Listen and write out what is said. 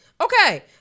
Okay